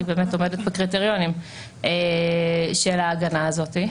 באמת עומדות בקריטריונים של ההגנה הזאת,